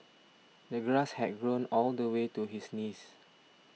the grass had grown all the way to his knees